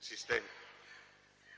системи.